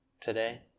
today